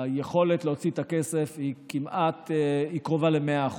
היכולת להוציא את הכסף היא קרובה ל-100%.